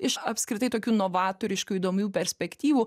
iš apskritai tokių novatoriškų įdomių perspektyvų